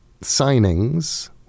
signings